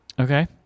Okay